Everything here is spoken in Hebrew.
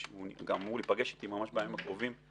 שגם אמור להיפגש איתי ממש בימים הקרובים,